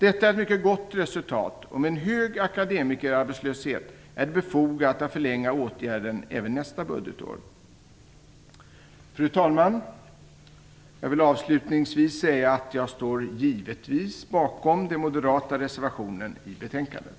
Detta är ett mycket gott resultat, och med en hög akademikerarbetslöshet är det befogat att förlänga åtgärden även nästa budgetår. Fru talman! Jag vill avslutningsvis säga att jag givetvis står bakom de moderata reservationerna till betänkandet.